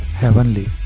heavenly